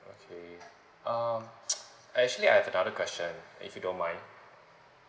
okay um I actually I have another question if you don't mind